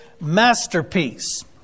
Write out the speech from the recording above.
masterpiece